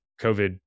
COVID